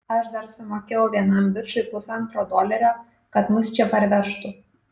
aš dar sumokėjau vienam bičui pusantro dolerio kad mus čia parvežtų